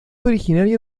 originaria